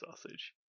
sausage